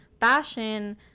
fashion